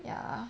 ya